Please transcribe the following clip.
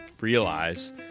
realize